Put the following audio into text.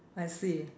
I see